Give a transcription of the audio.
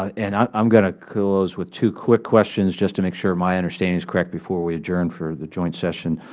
and i am going to close with two quick questions, just to make sure my understanding is correct, before we adjourn for the joint session.